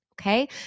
okay